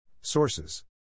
Sources